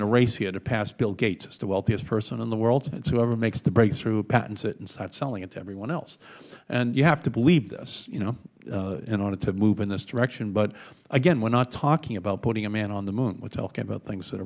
in a race here to pass bill gates as the wealthiest person in the world it is whoever makes the breakthrough patents it and starts selling it to everyone else and you have to believe this in order to move in this direction but again we are not talking about putting a man on the moon we are talking about things that are